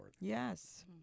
Yes